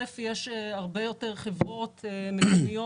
ראשית, יש הרבה יותר חברות מקומיות